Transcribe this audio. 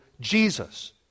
Jesus